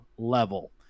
level